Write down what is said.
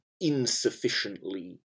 insufficiently